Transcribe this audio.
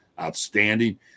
outstanding